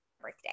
birthday